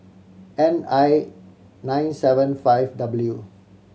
N I nine seven five W